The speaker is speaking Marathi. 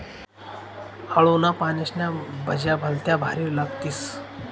आळूना पानेस्न्या भज्या भलत्या भारी लागतीस